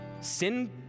Sin